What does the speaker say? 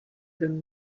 them